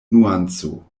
nuanco